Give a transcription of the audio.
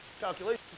calculations